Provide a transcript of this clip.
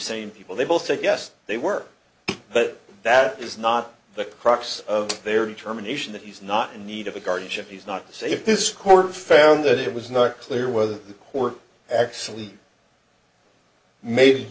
sane people they both suggest they work but that is not the crux of their determination that he's not in need of a guardianship he's not safe this court found that it was not clear whether the court actually ma